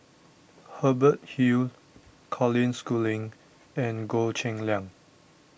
Hubert Hill Colin Schooling and Goh Cheng Liang